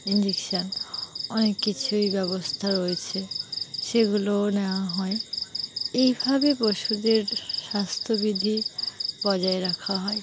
injection অনেক কিছুই ব্যবস্থা রয়েছে সেগুলোও নেওয়া হয় এইভাবে পশুদের স্বাস্থ্যবিধি বজায় রাখা হয়